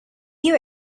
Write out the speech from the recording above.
you